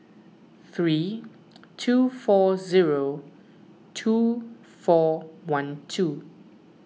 three two four zero two four one two